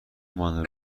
منو